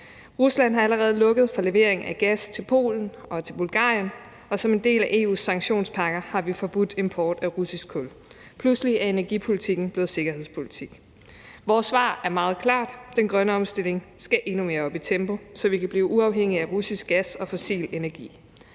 Rusland har allerede lukket for levering af gas til Polen og til Bulgarien, og som en del af EU's sanktionspakker har vi forbudt import af russisk kul. Pludselig er energipolitik blevet sikkerhedspolitik. Vores svar er meget klart: Den grønne omstilling skal endnu mere op i tempo, så vi kan blive uafhængige af russisk gas og fossil energi.